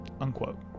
Unquote